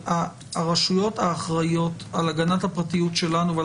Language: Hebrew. הרשויות האחראיות על הגנת הפרטיות שלנו ועל